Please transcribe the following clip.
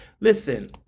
listen